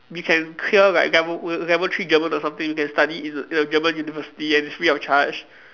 we can clear like level l~ level three German or something we can study in in a German university and it's free of charge